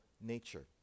nature